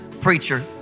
preacher